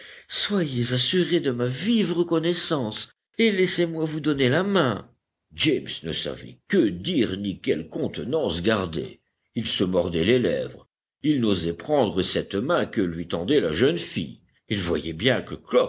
soyez assuré de ma vive reconnaissance et laissez-moi vous donner la main james ne savait que dire ni quelle contenance garder il se mordait les lèvres il n'osait prendre cette main que lui tendait la jeune fille il voyait bien que